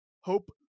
hope